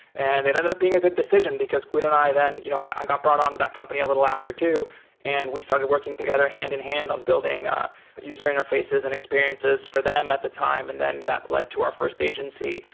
and it ended up being a good decision, because guido and i then, you know i got brought onto that company a little after too and we started working together hand-in-hand on building ah user interfaces and experiences for them at the time. and then that led to our first agency.